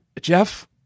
Jeff